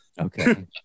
okay